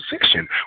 position